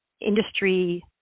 industry